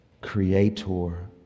Creator